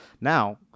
Now